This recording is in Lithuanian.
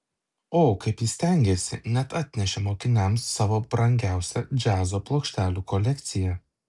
o kaip jis stengėsi net atnešė mokiniams savo brangiausią džiazo plokštelių kolekciją